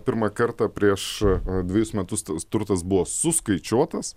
pirmą kartą prieš dvejus metus tas turtas buvo suskaičiuotas